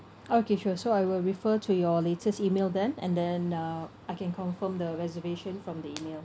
okay sure so I will refer to your latest email then and then uh I can confirm the reservation from the email